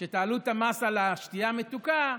שתעלו את המס על שתייה מתוקה,